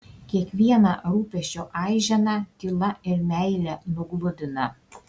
kiekvieną rūpesčio aiženą tyla ir meile nugludina